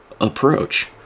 approach